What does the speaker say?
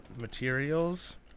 materials